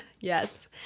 yes